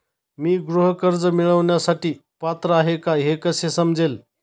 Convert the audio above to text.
मी गृह कर्ज मिळवण्यासाठी पात्र आहे का हे कसे समजेल?